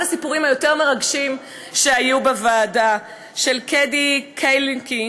אחד הסיפורים היותר-מרגשים שהיו בוועדה הוא של קאדי קייקליני,